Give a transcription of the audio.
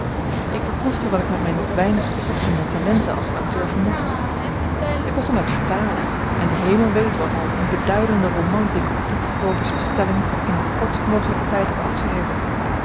ik beproefde wat ik met mijne nog weinig geoefende talenten als auteur vermocht ik begon met vertalen en de hemel weet wat al onbeduidende romans ik op boekverkoopers bestelling in den kortst mogelijken tijd heb afgeleverd